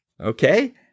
okay